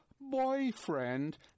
boyfriend